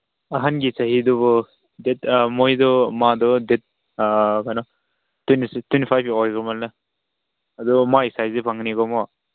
ꯑꯍꯟꯒꯤ ꯆꯍꯤꯗꯨꯕꯨ ꯃꯣꯏꯗꯣ ꯃꯥꯗꯣ ꯀꯩꯅꯣ ꯇ꯭ꯋꯦꯟꯇꯤ ꯇ꯭ꯋꯦꯟꯇꯤ ꯐꯥꯏꯚꯀꯨꯝꯕ ꯑꯣꯏꯒꯨꯝꯕꯅꯦ ꯑꯗꯨ ꯃꯣꯏ ꯁꯥꯏꯖꯁꯤ ꯐꯪꯒꯅꯤꯕꯀꯣ